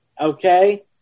okay